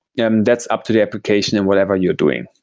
yeah um that's up to the application and whatever you're doing.